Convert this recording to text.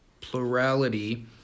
plurality